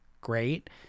great